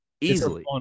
easily